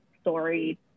story